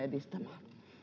edistämään